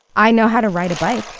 i know how to ride a bike,